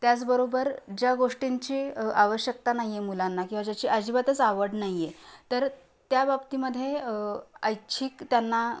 त्याचबरोबर ज्या गोष्टींची आवश्यकता नाही आहे मुलांना किंवा ज्याची अजिबातच आवड नाही आहे तर त्या बाबतीमध्ये ऐच्छिक त्यांना